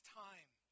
time